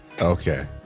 okay